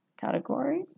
category